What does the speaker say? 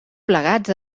plegats